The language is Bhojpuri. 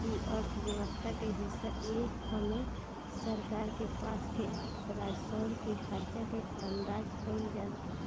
इ अर्थव्यवस्था के हिस्सा ह एमे सरकार के पास के राजस्व के खर्चा के अंदाज कईल जाला